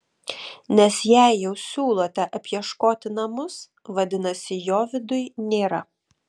nes jei jau siūlote apieškoti namus vadinasi jo viduj nėra